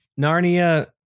narnia